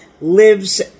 lives